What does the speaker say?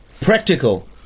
practical